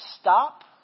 stop